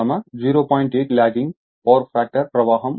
8 lagging power factor ప్రవాహం ఉంటుంది